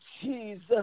Jesus